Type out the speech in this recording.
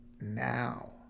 now